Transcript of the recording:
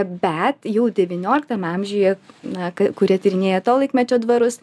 bet jau devynioliktam amžiuje na kai kurie tyrinėja to laikmečio dvarus